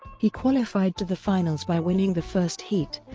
he qualified to the finals by winning the first heat,